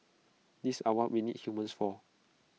these are what we need humans for